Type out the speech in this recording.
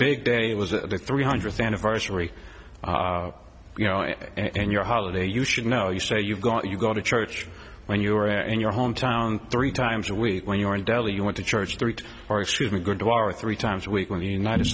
big day it was a three hundredth anniversary you know and your holiday you should know you say you go and you go to church when you are in your hometown three times a week when you are in delhi you went to church three or excuse me three times a week when the united